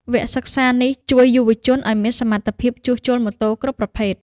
វគ្គសិក្សានេះជួយយុវជនឱ្យមានសមត្ថភាពជួសជុលម៉ូតូគ្រប់ប្រភេទ។